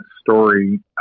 story